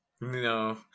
No